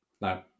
no